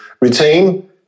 retain